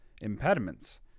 impediments